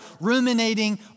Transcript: ruminating